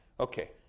Okay